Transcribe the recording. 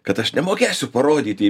kad aš nemokėsiu parodyti į